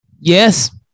Yes